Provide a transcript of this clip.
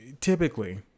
typically